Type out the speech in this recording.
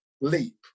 leap